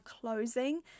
closing